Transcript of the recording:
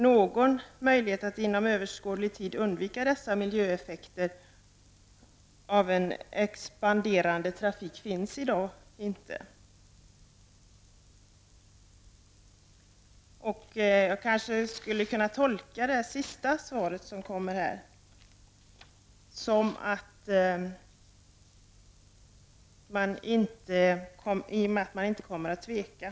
Någon möjlighet att inom överskådlig tid undvika dessa miljöeffekter av en expanderande flygtrafik finns i dag inte. Sist i svaret sade miljöministern att regeringen inte kommer att tveka att föreslå de åtgärder som är nödvändiga.